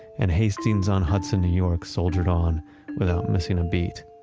and hastings-on-hudson new york shouldered on without missing a beat.